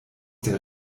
der